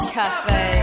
cafe